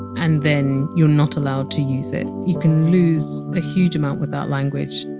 and then you're not allowed to use it. you can lose a huge amount without language.